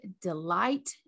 delight